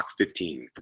15